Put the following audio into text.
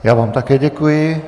Já vám také děkuji.